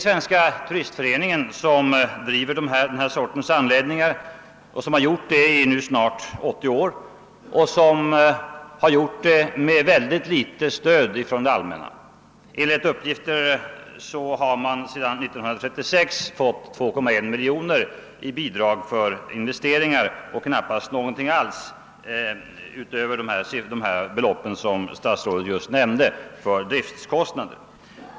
Svenska turistföreningen har drivit den här sortens änläggningar i snart 80 år och har gjort det med mycket litet stöd från det allmänna. Enligt uppgifter har man sedan 1936 fått 2,1 miljoner i bidrag för investeringar och knappast någonting alls — utöver de belopp som statsrådet just nämnde — för driftkostnader.